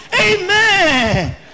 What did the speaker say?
Amen